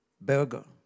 Burger